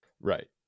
Right